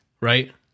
right